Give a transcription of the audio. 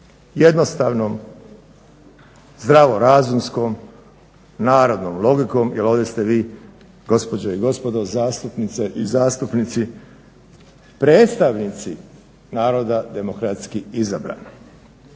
Jednostavnom zdravorazumskom narodnom logikom jer ovdje ste vi, gospođe i gospodo zastupnice i zastupnici predstavnici naroda demokratski izabrani.